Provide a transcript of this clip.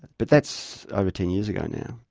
but that's over ten years ago now,